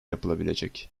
yapılabilecek